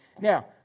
Now